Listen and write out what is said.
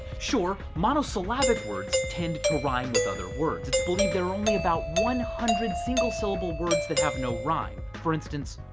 sure, monosyllabic words tend to rhyme with other words. it's believed there are only about one hundred single syllable words that have no rhyme. for instance,